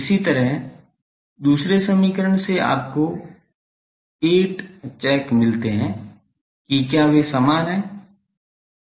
इसी तरह दूसरे समीकरण से आपको 8 चेक मिलते हैं कि क्या वे समान हैं